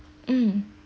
mm